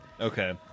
Okay